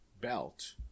belt